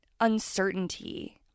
uncertainty